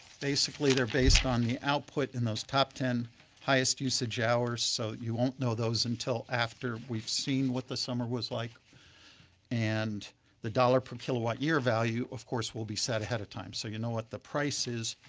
basically they are based on the output in those top ten highest usage hours so that you won't know those until after we've seen what the summer was like and the dollar per kilowatt year value of course will be set ahead of time. so you know what the price is,